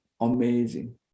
amazing